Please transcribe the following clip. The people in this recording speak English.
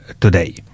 today